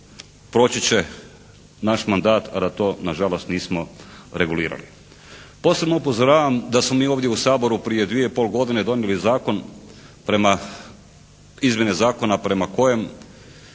Proći će naš mandat, a da to na žalost nismo regulirali. Posebno upozoravam da smo mi ovdje u Saboru prije dvije i pol godine donijeli zakon prema, izmjene zakona prema kojem